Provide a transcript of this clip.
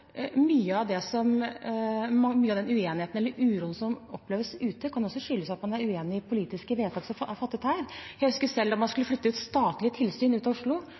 Mye av den uenigheten eller uroen som oppleves ute, kan også skyldes at man er uenig i politiske vedtak som er fattet her. Jeg husker selv at da man skulle flytte statlige tilsyn ut fra Oslo,